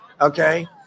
okay